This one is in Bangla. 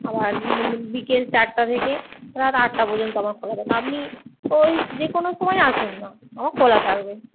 আবার বিকেল চারটে থেকে রাত আটটা পর্যন্ত আমার খোলা থাকে আপনি ওই যে কোনো সময় আসুন না আমার খোলা থাকবে